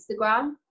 Instagram